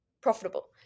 profitable